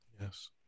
Yes